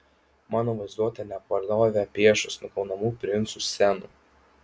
mano vaizduotė nepaliovė piešus nukaunamų princų scenų